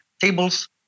tables